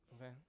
okay